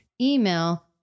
email